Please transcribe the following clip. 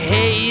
Hey